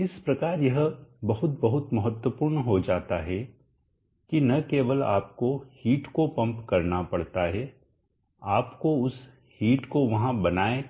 इस प्रकार यह बहुत बहुत महत्वपूर्ण हो जाता है की न केवल आपको हिट को पंप करना पड़ता है आपको उस हिट को वहां बनाए